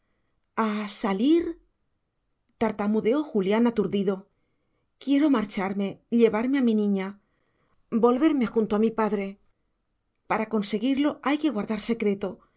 a salir tartamudeó julián aturdido quiero marcharme llevarme a mi niña volverme junto a mi padre para conseguirlo hay que guardar secreto